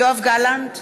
גלנט,